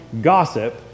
gossip